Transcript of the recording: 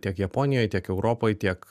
tiek japonijoj tiek europoj tiek